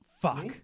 Fuck